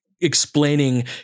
explaining